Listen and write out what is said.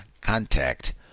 contact